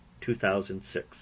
2006